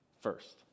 first